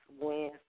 Wednesday